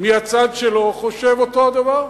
מהצד שלו חושב אותו הדבר.